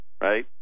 Right